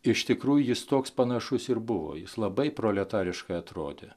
iš tikrųjų jis toks panašus ir buvo jis labai proletariškai atrodė